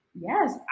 yes